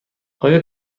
آیا